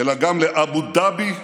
אלא גם לאבו דאבי,